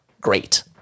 great